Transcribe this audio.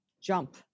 jump